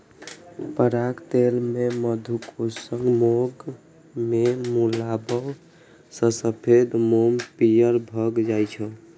पराग तेल कें मधुकोशक मोम मे मिलाबै सं सफेद मोम पीयर भए जाइ छै